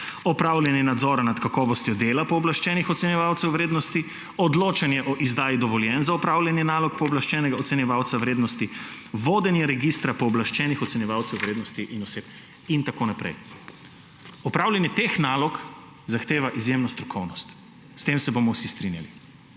opravljanje nadzora nad kakovostjo dela pooblaščenih ocenjevalcev vrednosti, odločanje o izdaji dovoljenj za opravljanje nalog pooblaščenega ocenjevalca vrednosti, vodenje registra pooblaščenih ocenjevalcev vrednosti in oseb in tako naprej. Opravljanje teh nalog zahteva izjemno strokovnost, s tem se bomo vsi strinjali.